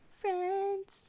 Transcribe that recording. friends